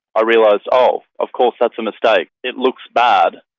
i realised, oh, of course that's a mistake. it looks bad.